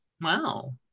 Wow